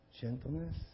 gentleness